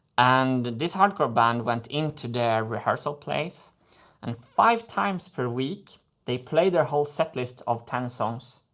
and this hardcore band went into their rehearsal place and five times per week they played their whole set list of ten songs,